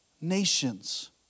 nations